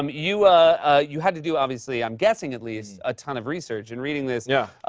um you you had to do, obviously i'm guessing, at least a ton of research, in reading this. yeah.